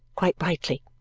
quite brightly.